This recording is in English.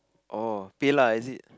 orh PayLah is it